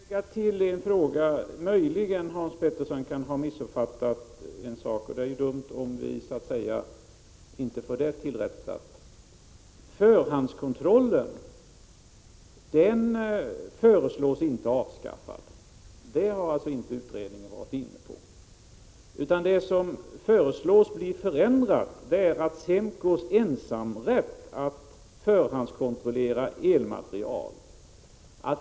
Herr talman! Får jag lägga till en sak som Hans Petersson möjligen kan ha missuppfattat. Det vore dumt om vi inte fick det tillrättalagt. Förhandskontrollen föreslås inte bli avskaffad. Det har inte utredningen varit inne på. Det som föreslås bli förändrat är SEMKO:s ensamrätt att förhandskontrollera elmateriel.